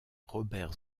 robert